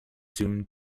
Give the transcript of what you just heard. soon